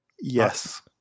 Yes